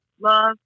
love